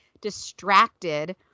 distracted